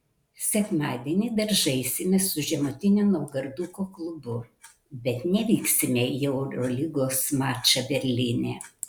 sekmadienį dar žaisime su žemutinio naugardo klubu bet nevyksime į eurolygos mačą berlyne